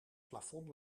plafond